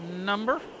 number